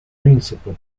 принципом